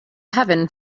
heaven